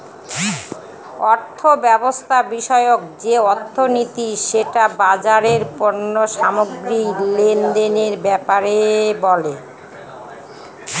অর্থব্যবস্থা বিষয়ক যে অর্থনীতি সেটা বাজারের পণ্য সামগ্রী লেনদেনের ব্যাপারে বলে